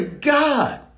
God